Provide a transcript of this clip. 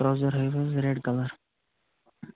trouser ہٲیو حظ red colour